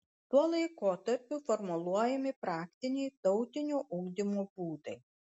tuo laikotarpiu formuluojami praktiniai tautinio ugdymo būdai